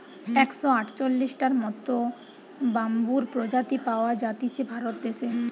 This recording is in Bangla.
একশ আটচল্লিশটার মত বাম্বুর প্রজাতি পাওয়া জাতিছে ভারত দেশে